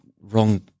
Wrong